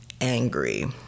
angry